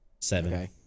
seven